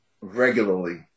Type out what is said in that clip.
regularly